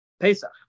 Pesach